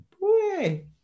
boy